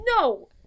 No